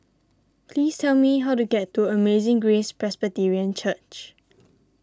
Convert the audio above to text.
please tell me how to get to Amazing Grace Presbyterian Church